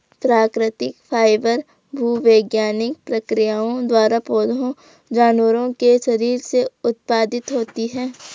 प्राकृतिक फाइबर भूवैज्ञानिक प्रक्रियाओं द्वारा पौधों जानवरों के शरीर से उत्पादित होते हैं